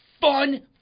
fun